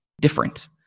different